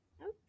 okay